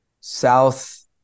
South